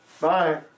Bye